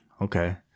Okay